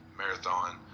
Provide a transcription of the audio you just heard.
Marathon